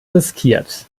riskiert